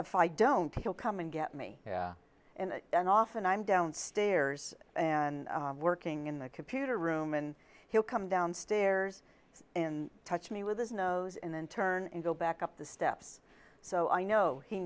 if i don't think you'll come and get me and then often i'm downstairs and working in the computer room and he'll come downstairs and touch me with his nose and then turn and go back up the steps so i know he